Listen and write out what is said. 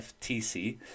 FTC